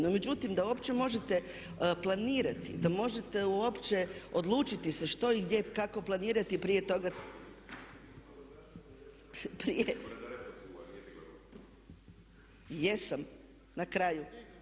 No međutim, da uopće možete planirati, da možete uopće odlučiti se što i gdje kako planirati, prije toga, jesam, na kraju,